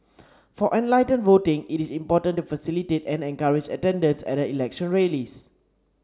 for enlightened voting it is important to facilitate and encourage attendance at election rallies